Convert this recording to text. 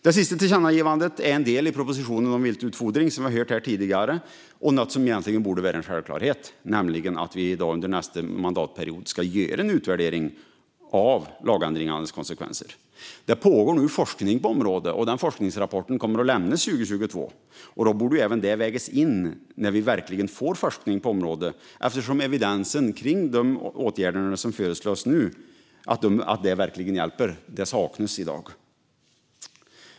Det sista tillkännagivandet är en del i propositionen om viltutfodring, som vi har hört om tidigare, och gäller något som borde vara en självklarhet: att det under nästa mandatperiod ska göras en utvärdering av lagändringarnas konsekvenser. Det pågår forskning på området. Den forskningsrapporten kommer att lämnas 2022. Då borde även det vägas in, när vi verkligen får forskning på området, eftersom evidens för att de åtgärder som nu föreslås verkligen hjälper saknas i dag. Fru talman!